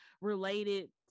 related